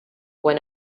when